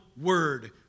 word